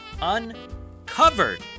uncovered